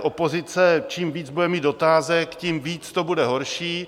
Opozice čím víc bude mít otázek, tím to bude horší.